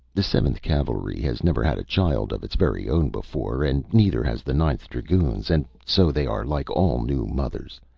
the seventh cavalry has never had a child of its very own before, and neither has the ninth dragoons and so they are like all new mothers,